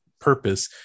purpose